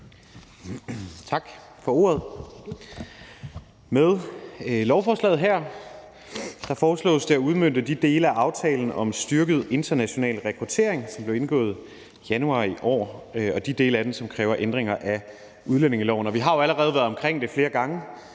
Tak for ordet. Med lovforslaget her foreslås det at udmønte de dele af aftalen om styrket international rekruttering, som blev indgået i januar i år – de dele af den, som kræver ændringer af udlændingeloven. Vi har jo allerede været omkring det flere gange: